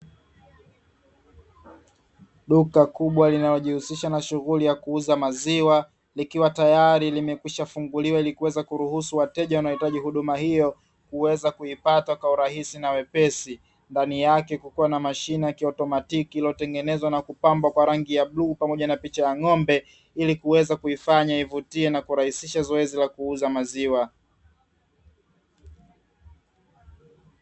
Duka kubwa linayojihusisha na shughuli ya kuuza maziwa ikiwa tayari limekwishafunguliwa, ili kuweza kuruhusu wateja wanaohitaji huduma hiyo kuweza kuipata kwa urahisi, ndani yake kukiwa na mashine ya kiutimatiki iliyotengenezwa na kupambwa kwa rangi ya bluu, pamoja na picha ya ng'ombe, ili kuweza kuifanya ivutie na kurahisisha zoezi la kuuza maziwa.